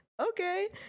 okay